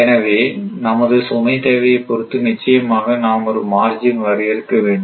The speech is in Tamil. எனவே நமது சுமை தேவையைப் பொருத்து நிச்சயமாக நாம் ஒரு மார்ஜின் வரையறுக்க வேண்டும்